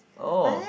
oh